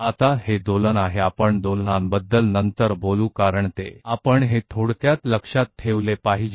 अब यह OCCILATION है बाद में हो सकता है OCCILATION के बारे में बात करेंगे क्योंकि यह महत्वपूर्ण है कि हमें इसे संक्षेप में याद रखना चाहिए